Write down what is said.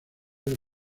del